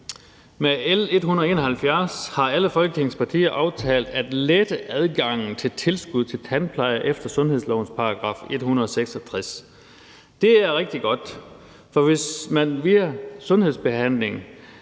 Med L 171 har alle Folketingets partier aftalt at lette adgangen til tilskud til tandpleje efter sundhedslovens § 166. Det er rigtig godt, for hvis man via sundhedsbehandling